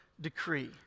decree